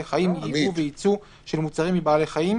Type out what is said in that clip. חיים (יבוא ויצוא של מוצרים מבעלי חיים),